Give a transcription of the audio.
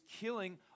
killing